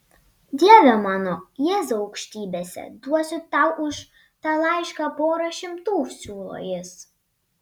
dieve mano jėzau aukštybėse duosiu tau už tą laišką porą šimtų siūlo jis